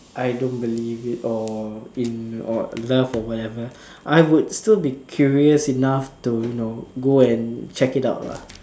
I don't believe it or in or love or whatever I would still be curious enough to you know go and check it out lah